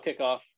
kickoff